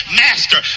master